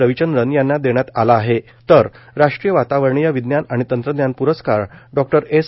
रविचंद्रन यांना देण्यात आला आहे तर राष्ट्रीय वातावरणीय विज्ञान आणि तंत्रज्ञान पुरस्कार डॉ एस